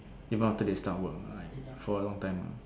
even after they start work right for a long time ah